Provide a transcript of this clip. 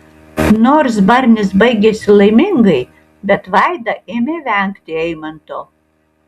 nors barnis baigėsi laimingai bet vaida ėmė vengti eimanto